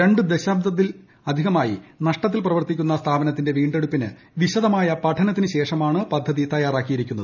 രണ്ടു ദശാബ്ദമായി നഷ്ടത്തിൽ പ്രവർത്തിക്കുന്ന സ്ഥാപനത്തിന്റെ വീണ്ടെടുപ്പിന് വിശദമായ പഠനത്തിന് ശേഷമാണ് പദ്ധതി തയ്യാറാക്കിയിരിക്കുന്നത്